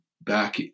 Back